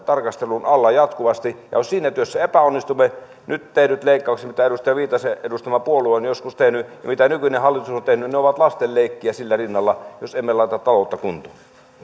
tarkastelun alla jatkuvasti jos siinä työssä epäonnistumme nyt tehdyt leikkaukset mitä edustaja viitasen edustama puolue on joskus tehnyt ja mitä nykyinen hallitus on tehnyt ovat lastenleikkiä sen rinnalla jos emme laita taloutta kuntoon